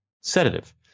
sedative